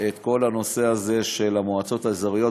את כל הנושא הזה של המועצות האזוריות.